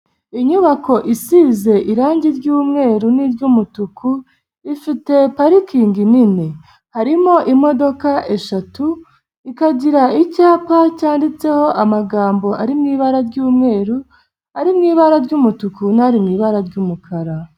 Inyubako isize irangi ry'umweru n'iry'umutuku, ifite parikingi nini. Harimo imodoka eshatu, ikagira icyapa cyanditseho amagambo ari mu ibara ry'umweru, ari mu ibara ry'umutuku n'ari mu ibara ry'umukara.